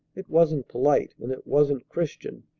it wasn't polite, and it wasn't christian.